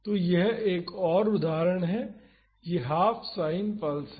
तो यह एक और उदाहरण है और यह हाफ साइन पल्स है